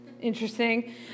interesting